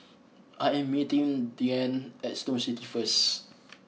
I am meeting Deann at Snow City first